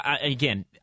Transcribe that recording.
again